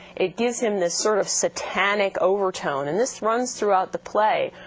it gives him this sort of satanic overtone, and this runs throughout the play.